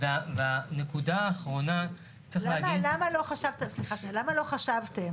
למה לא חשבתם